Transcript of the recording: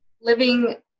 Living